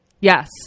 Yes